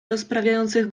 rozprawiających